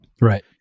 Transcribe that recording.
Right